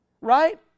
Right